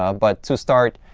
ah but to start,